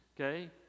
okay